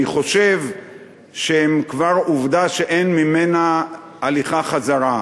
אני חושב שהם כבר עובדה שאין ממנה הליכה חזרה.